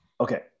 Okay